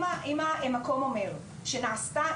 אם המקום אומר שנעשתה,